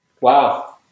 wow